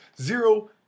Zero